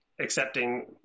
accepting